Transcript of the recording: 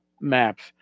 maps